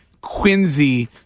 Quincy